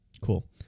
Cool